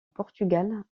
portugal